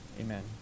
Amen